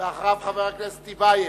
ואחריו, חבר הכנסת טיבייב.